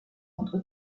contre